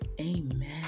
Amen